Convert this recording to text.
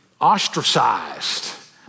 ostracized